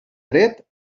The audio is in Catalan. dret